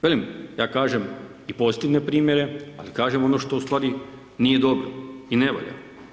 Velim, ja kažem i postigne primjere ali kažem ono što ustvari nije dobro i ne valja.